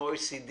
ב-OECD